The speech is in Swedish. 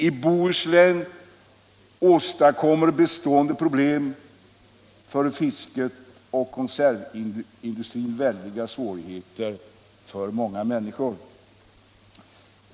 I Bohuslän åstadkommer bestående problem för fisket och konservindustrin väldiga svårigheter för många människor.